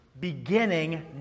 beginning